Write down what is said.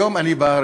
היום אני בא,